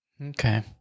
Okay